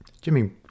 Jimmy